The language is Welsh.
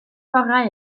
gorau